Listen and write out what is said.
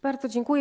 Bardzo dziękuję.